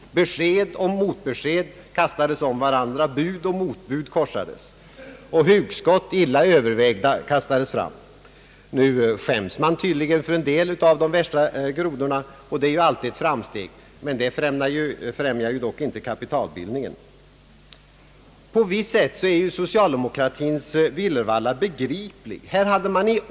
Besked och motbesked kastades om varandra, bud och motbud korsades, illa övervägda hugskott kastades fram. Nu skäms man tydligen för en del av de värsta grodorna, och det är ju alltid ett framsteg; men därmed främjas inte kapitalbildningen. På visst sätt är den socialdemokratiska villervallan begriplig.